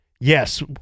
yes